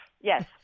Yes